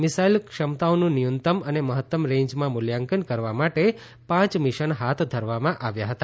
missile ક્ષમતાઓનું ન્યૂનતમ અને મહત્તમ રેન્જમાં મૂલ્યાંકન કરવા માટે પાંચ મિશન હાથ ધરવામાં આવ્યા હતા